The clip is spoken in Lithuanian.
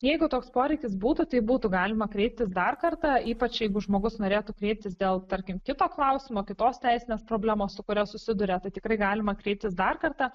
jeigu toks poreikis būtų tai būtų galima kreiptis dar kartą ypač jeigu žmogus norėtų kreiptis dėl tarkim kito klausimo kitos teisinės problemos su kuria susiduria tai tikrai galima kreiptis dar kartą